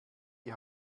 die